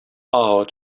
hour